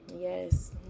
yes